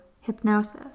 hypnosis